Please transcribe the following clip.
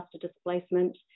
Displacement